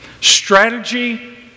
Strategy